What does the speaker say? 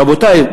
רבותי,